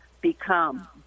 become